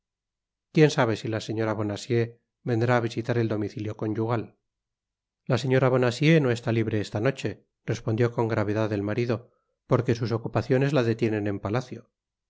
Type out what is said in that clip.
quien sabe si la señora bonacieux vendrá á visitar el domicilio conyugal la señora bonacieux no está libre esta noche respondió con gravedad el marido porque sus ocupaciones la detienen en palacio